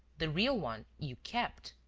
the real one you kept.